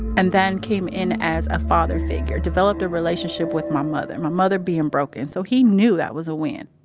and then came in as a father figure. developed a relationship with my mother, my mother being broken, so he knew that was a win